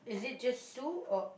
is it just Sue or